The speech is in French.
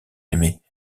aimée